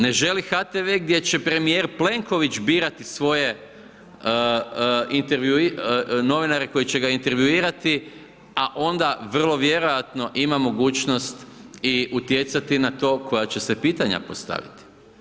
Ne želi HTV gdje će premijer Plenković birati svoje novinare koji će ga intervjuirati a onda vrlo vjerojatno ima mogućnost i utjecati na to koja će se pitanja postaviti.